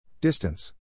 Distance